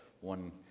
one